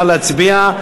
נא להצביע.